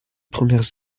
premières